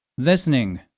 Listening